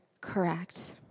correct